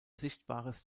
sichtbares